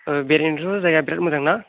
ओ बेरायनोथ' जायगाया बिराद मोजांना